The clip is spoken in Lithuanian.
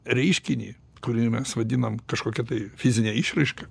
reiškinį kurį mes vadinam kažkokia tai fizine išraiška